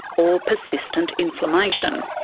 or persistent inflammation.